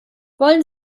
wollen